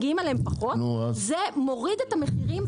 זה מוריד את המחירים ברשתות..